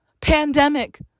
pandemic